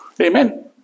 Amen